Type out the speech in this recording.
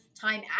time